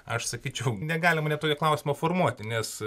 aš sakyčiau negalima net tokio klausimo formuoti nes